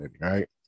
Right